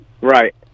right